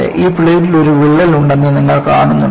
ഈ പ്ലേറ്റിൽ ഒരു വിള്ളൽ ഉണ്ടെന്ന് നിങ്ങൾ കാണുന്നുണ്ടോ